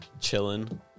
chilling